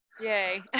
Yay